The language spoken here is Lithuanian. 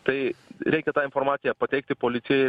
tai reikia tą informaciją pateikti policijai